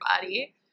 body